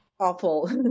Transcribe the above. awful